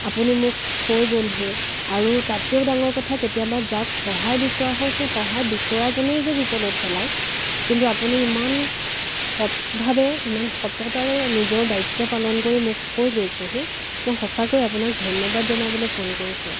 আপুনি মোক থৈ গ'লহি আৰু তাতকৈও ডাঙৰ কথা কেতিয়াবা যাক সহায় বিচৰা হয় সেই সহায় বিচৰাজনেই যে বিপদত পেলায় কিন্তু আপুনি ইমান সৎভাৱে ইমান সততাৰে নিজৰ দায়িত্ব পালন কৰি মোক থৈ গৈছেহি মই সঁচাকৈ আপোনাক ধন্যবাদ জনাবলৈ ফোন কৰিছোঁ